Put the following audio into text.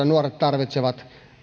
nuoret tarvitsevat